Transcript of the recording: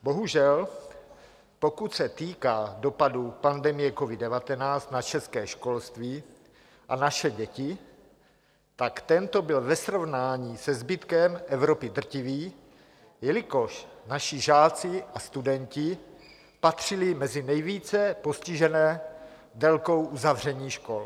Bohužel, pokud se týká dopadů pandemie covid19 na české školství a naše děti, tak tento byl ve srovnání se zbytkem Evropy drtivý, jelikož naši žáci a studenti patřili mezi nejvíce postižené délkou uzavření škol.